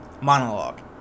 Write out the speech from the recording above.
monologue